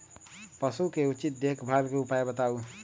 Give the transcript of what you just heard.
पशु के उचित देखभाल के उपाय बताऊ?